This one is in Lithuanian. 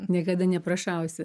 niekada neprašausi